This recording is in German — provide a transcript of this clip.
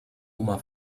oma